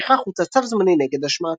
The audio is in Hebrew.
לפיכך הוצא צו זמני נגד השמעתו.